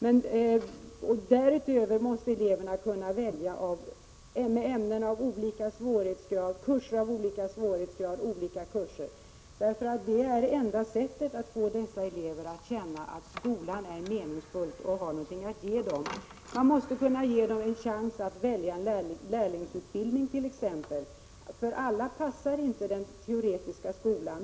Men därutöver måste eleverna kunna välja mellan olika ämnen och mellan kurser av olika svårighetsgrad. Det är enda sättet att få eleverna att känna att skolan är meningsfull och har någonting att ge dem. Man måste t.ex. ge elever en chans att välja lärlingsutbildning. Den teoretiska skolan passar inte för alla.